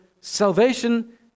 salvation